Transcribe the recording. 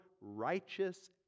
righteous